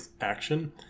action